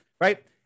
right